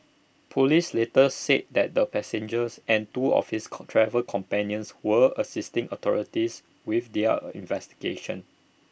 Police later said that the passengers and two of his co travel companions were assisting authorities with their investigations